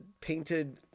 painted